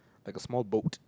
like a small boat